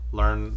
learn